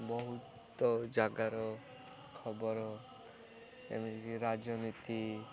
ବହୁତ ଜାଗାର ଖବର ଯେମିତିକି ରାଜନୀତି